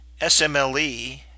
smle